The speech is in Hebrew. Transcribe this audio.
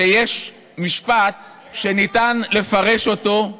שיש, משפט שניתן לפרש אותו,